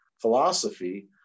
philosophy